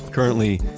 currently,